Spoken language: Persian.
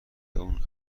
اون